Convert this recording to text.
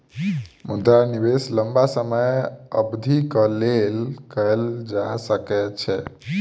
मुद्रा निवेश लम्बा समय अवधिक लेल कएल जा सकै छै